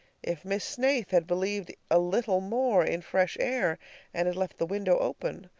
if miss snaith had believed a little more in fresh air and had left the window open,